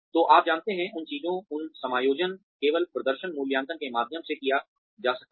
तो आप जानते हैं उन चीजों उन समायोजन केवल प्रदर्शन मूल्यांकन के माध्यम से किया जा सकता है